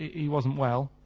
he wasn't well,